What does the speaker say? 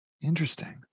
Interesting